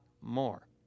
more